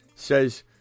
Says